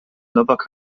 novak